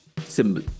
symbol